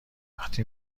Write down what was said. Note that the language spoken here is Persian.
وقتی